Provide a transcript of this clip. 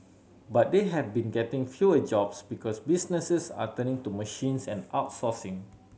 but they have been getting fewer jobs because businesses are turning to machines and outsourcing